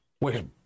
wait